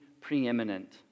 preeminent